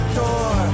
door